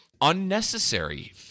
Unnecessary